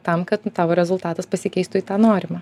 tam kad nu tavo rezultatas pasikeistų į tą norimą